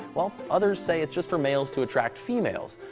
while others say it's just for males to attract females,